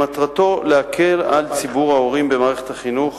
שמטרתה להקל על ציבור ההורים במערכת החינוך